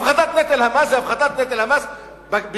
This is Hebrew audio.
הפחתת נטל המס זה הפחתת נטל המס בגדול,